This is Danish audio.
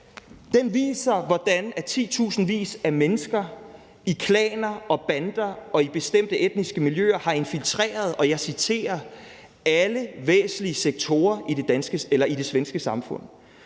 Den viser, hvordan titusindvis af mennesker i klaner og bander og i bestemte etniske miljøer har infiltreret, og jeg citerer: alle væsentlige sektorer i det svenske samfund.